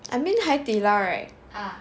I mean Hai Di Lao right